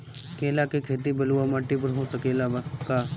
केला के खेती बलुआ माटी पर हो सकेला का?